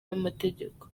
n’amategeko